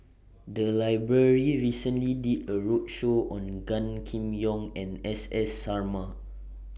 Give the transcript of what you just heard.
The Library recently did A roadshow on Gan Kim Yong and S S Sarma